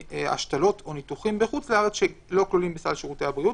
והשתלות או ניתוחים בחו"ל שלא כלולים בסל שירותי הבריאות,